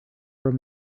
room